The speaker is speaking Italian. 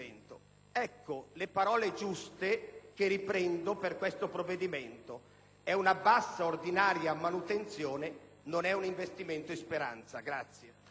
Ecco le parole giuste, che riprendo per il provvedimento in esame: è una bassa, ordinaria manutenzione, non un investimento in speranza.